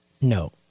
No